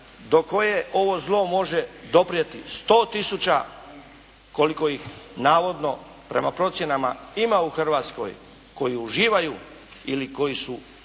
do koje ovo zlo može doprijeti. 100 tisuća koliko ih navodno prema procjenama ima u Hrvatskoj koji uživaju ili koji su